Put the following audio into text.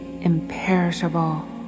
imperishable